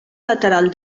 lateral